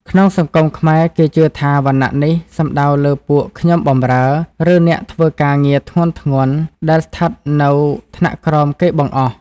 ក្នុងសង្គមខ្មែរ គេជឿថាវណ្ណៈនេះសំដៅលើពួកខ្ញុំបម្រើ ឬអ្នកធ្វើការងារធ្ងន់ៗដែលស្ថិតនៅថ្នាក់ក្រោមគេបង្អស់។